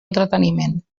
entreteniment